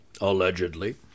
allegedly